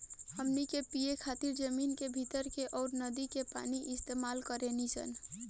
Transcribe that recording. हमनी के पिए खातिर जमीन के भीतर के अउर नदी के पानी इस्तमाल करेनी सन